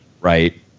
right